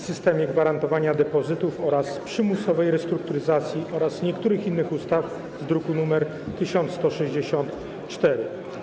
systemie gwarantowania depozytów oraz przymusowej restrukturyzacji oraz niektórych innych ustaw z druku nr 1164.